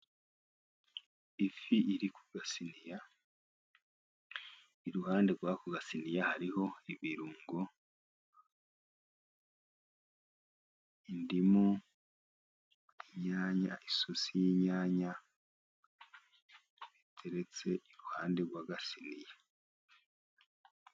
Ifi iri ku gasiniya, iruhande rw'ako gasiniya hariho ibirungo, indimu, isosi y'inyanya, iteretse iruhande rw'agasiniya.